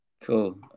Cool